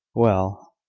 well,